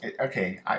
okay